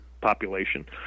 population